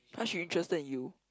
why she interested in you